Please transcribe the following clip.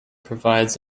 provides